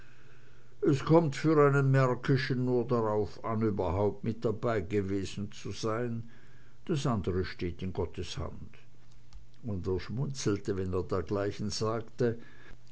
es kommt für einen märkischen nur darauf an überhaupt mit dabeigewesen zu sein das andre steht in gottes hand und er schmunzelte wenn er dergleichen sagte